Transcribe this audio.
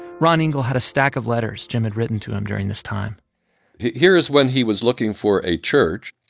ron engel had a stack of letters jim had written to him during this time here's when he was looking for a church.